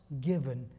given